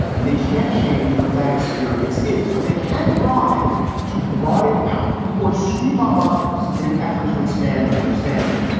and they can't change what that experience is, but they can draw on it to broaden out or sweep up others in an effort to expand understanding.